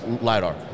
lidar